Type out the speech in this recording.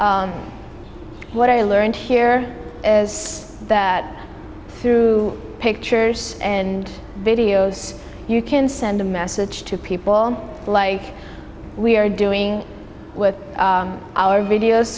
and what i learned here is that through pictures and videos you can send a message to people like we are doing with our videos